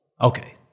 okay